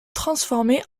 transformé